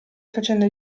facendo